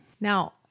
Now